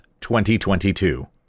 2022